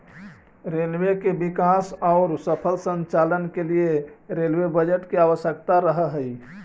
railway के विकास औउर सफल संचालन के लिए रेलवे बजट के आवश्यकता रहऽ हई